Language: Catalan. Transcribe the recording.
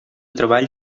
treball